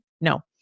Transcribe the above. No